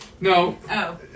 No